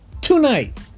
Tonight